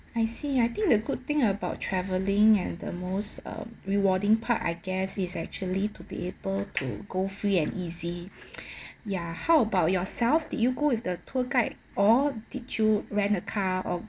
I see I think the good thing about traveling and the most uh rewarding part I guess is actually to be able to go free and easy ya how about yourself did you go with the tour guide or did you rent a car or